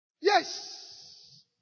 Yes